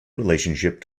relationship